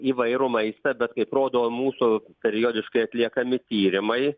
įvairų maistą bet kaip rodo mūsų periodiškai atliekami tyrimai